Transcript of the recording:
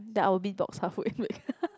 then I will be